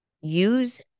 use